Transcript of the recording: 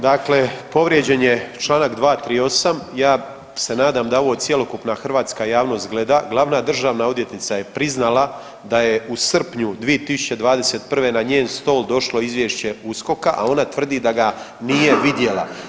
Dakle povrijeđen je čl. 238, ja se nadam da ovo cjelokupna hrvatska javnost gleda, glavna državna odvjetnica je priznala da je u srpnju 2021. na njen stol došlo Izvješće USKOK-a, a ona tvrdi da ga nije vidjela.